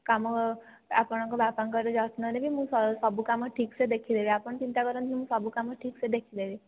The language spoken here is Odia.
କାମ ଆପଣଙ୍କ ବାପାଙ୍କର ଯତ୍ନ ନେବି ମୁଁ ସବୁକାମ ଠିକ୍ ସେ ଦେଖିଦେବି ଆପଣ ଚିନ୍ତା କରନ୍ତୁନି ମୁଁ ସବୁ କାମ ଠିକ୍ ସେ ଦେଖିଦେବି